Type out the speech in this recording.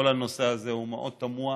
כל הנושא הזה הוא מאוד תמוה.